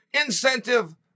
incentive